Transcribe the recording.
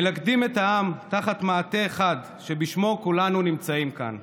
מלכדים את העם תחת מעטה אחד שבשמו כולנו נמצאים כאן,